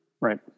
Right